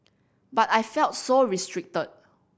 but I felt so restricted